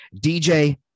dj